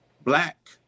black